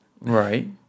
Right